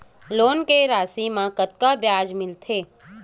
Loan के राशि मा कतका ब्याज मिलथे?